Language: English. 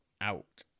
out